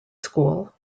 school